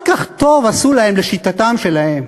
כל כך טוב עשו להם, לשיטתם שלהם.